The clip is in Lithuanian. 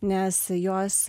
nes jos